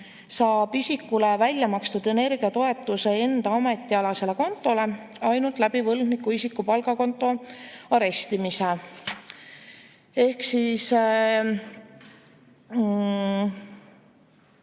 saab isikule välja makstud energiatoetuse enda ametialasele kontole ainult võlgniku pangakonto arestimise kaudu.